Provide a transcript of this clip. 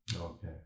Okay